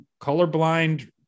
colorblind